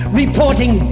reporting